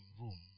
room